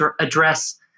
address